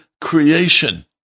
creation